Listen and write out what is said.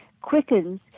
quickens